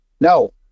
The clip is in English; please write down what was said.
No